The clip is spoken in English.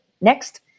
Next